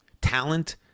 talent